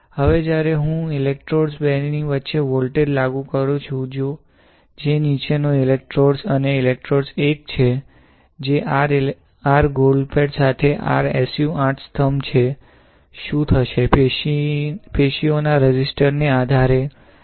હવે જ્યારે હું ઇલેક્ટ્રોડ 2 ની વચ્ચે વોલ્ટેજ લાગુ કરું છું જે નીચેનો ઇલેક્ટ્રોડ અને ઇલેક્ટ્રોડ 1 છે જે r ગોલ્ડ પેડ સાથે r SU 8 સ્તંભ છે શું થશે પેશીઓના રેઝિસ્ટર ને આધારે કરન્ટ બદલાશે